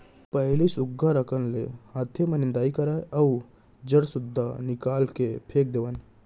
पहिली सुग्घर अकन ले हाते म निंदई करन अउ जर सुद्धा निकाल के फेक देवन